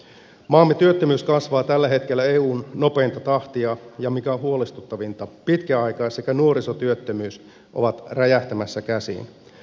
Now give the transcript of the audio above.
maamme työttömyys kasvaa tällä hetkellä eun nopeinta tahtia ja mikä huolestuttavinta pitkäaikais sekä nuorisotyöttömyys ovat räjähtämässä käsiin